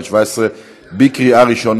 תודה רבה,